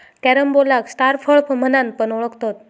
कॅरम्बोलाक स्टार फळ म्हणान पण ओळखतत